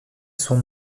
son